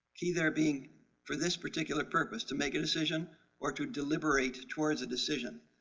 either being for this particular purpose to make a decision or to deliberate towards a decision.